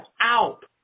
out